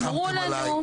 אמרו לנו,